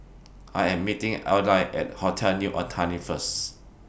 I Am meeting Adlai At Hotel New Otani First